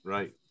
Right